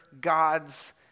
God's